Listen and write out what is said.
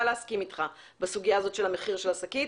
להסכים אתך בסוגיה הזאת של מחיר השקית.